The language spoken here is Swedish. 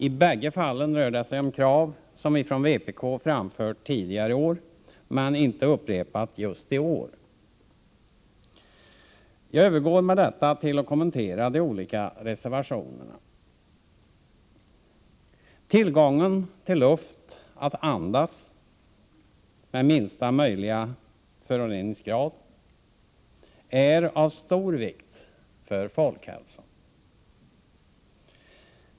I bägge fallen rör det sig om krav som vi från vpk framfört tidigare år men inte upprepat just i år. Jag övergår med detta till att kommentera de olika reservationerna. Tillgången till luft att andas med minsta möjliga föroreningsgrad är av stor vikt för folkhälsan.